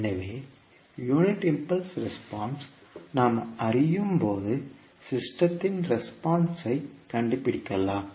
எனவே unit impulse response நாம் அறியும்போது அமைப்பின் ரெஸ்பான்ஸ் கண்டுபிடிக்கலாம்